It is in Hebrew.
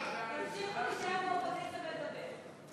קבוצת סיעת העבודה וקבוצת סיעת חד"ש